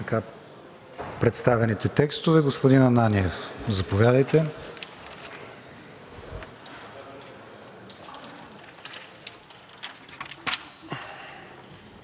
така представените текстове. Господин Ананиев, заповядайте.